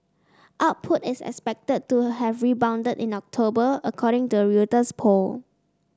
output is expected to have rebounded in October according to a Reuters poll